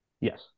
Yes